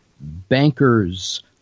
bankers